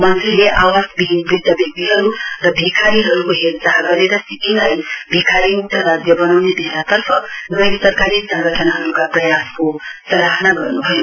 मंत्रीले आवासविहीन वृध्द व्यक्तिहरु र भिखारीहरुको हेरचाह गरेर सिक्किमलाई भिखारीमुक्त राज्य वनाउने दिशातर्फ गैर सरकारी संगठनहरुका प्रयासको सराहना गर्न्भयो